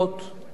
וכך,